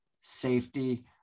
safety